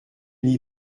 n’y